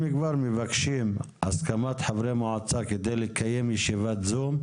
אם מבקשים הסכמת חברי מועצה כדי לקיים ישיבת זום,